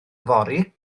fory